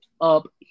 up